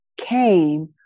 came